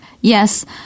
Yes